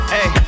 Hey